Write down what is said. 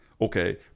okay